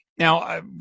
Now